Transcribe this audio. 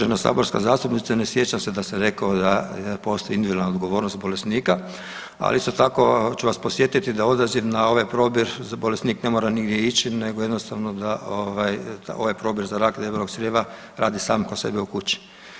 Uvažena saborska zastupnice ne sjećam se da sam rekao da postoji individualna odgovornost bolesnika, ali isto tako ću vas podsjetiti da odaziv na ovaj probir bolesnik ne mora nigdje ići, nego jednostavno da ovaj probir za rak debelog crijeva radi sam kod sebe u kući.